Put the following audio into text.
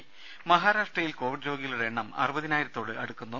ദേദ മഹാരാഷ്ട്രയിൽ കോവിഡ് രോഗികളുടെ എണ്ണം അറുപതിനായിരത്തോട് അടുക്കുന്നു